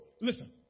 Listen